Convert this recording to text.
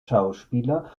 schauspieler